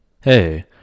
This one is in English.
Hey